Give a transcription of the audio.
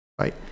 right